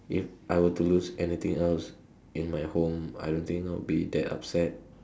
if I were to lose anything else in my home I don't think I'll be that upset